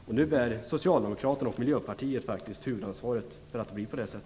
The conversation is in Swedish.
Det är Socialdemokraterna och Miljöpartiet som bär huvudansvaret för detta